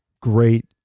great